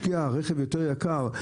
השקיע ברכב יותר יקר,